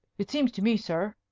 it seems to me, sir,